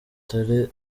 kamere